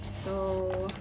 so